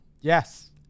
Yes